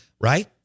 Right